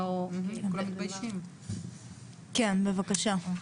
כן, בבקשה.